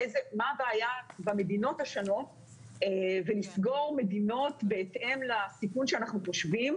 מה הבעיה במדינות השונות ולסגור מדינות בהתאם לסיכון שאנחנו חושבים.